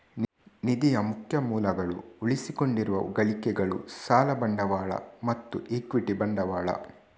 ನಿಧಿಯ ಮುಖ್ಯ ಮೂಲಗಳು ಉಳಿಸಿಕೊಂಡಿರುವ ಗಳಿಕೆಗಳು, ಸಾಲ ಬಂಡವಾಳ ಮತ್ತು ಇಕ್ವಿಟಿ ಬಂಡವಾಳ